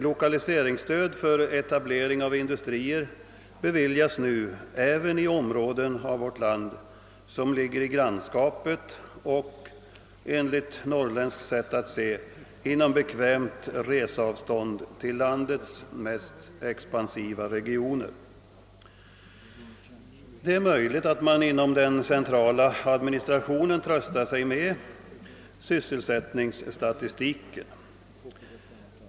Lokaliseringsstöd för etablering av industrier beviljas nu även till områden av vårt land som ligger i grannskapet av och — enligt norrländskt sätt att se — inom bekvämt reseavstånd från landets mest expansiva regioner. Det är möjligt att man inom den centrala administrationen tröstar sig med sysselsättningssta tistiken.